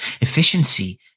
efficiency